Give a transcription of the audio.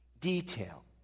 detail